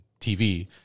tv